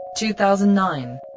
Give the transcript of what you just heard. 2009